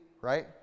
right